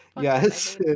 Yes